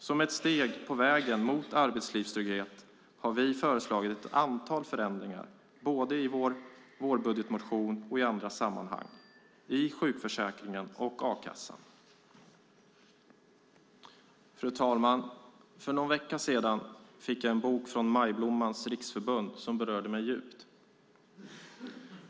Som ett steg på vägen mot arbetslivstrygghet har vi föreslagit ett antal förändringar både i vårbudgetmotionen och i andra sammanhang, i sjukförsäkringen och a-kassan. Fru talman! För någon vecka sedan fick jag en bok från Majblommans riksförbund som berörde mig djupt.